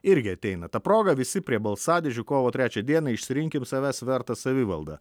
irgi ateina ta proga visi prie balsadėžių kovo trečią dieną išsirinkim savęs vertą savivaldą